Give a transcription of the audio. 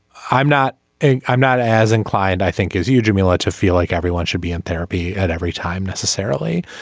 i'm not and i'm not as inclined i think as you jamila to feel like everyone should be in therapy at every time necessarily.